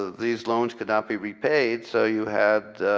these loans could not be repaid, so you had,